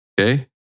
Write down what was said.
Okay